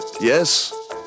Yes